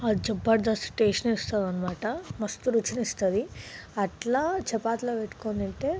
Jabardasth taste ఇస్తుందన్నమాట మస్తు రుచిని ఇస్తుంది అట్లా చపాతిలో పెట్టుకొని తింటే